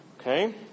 Okay